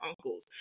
uncles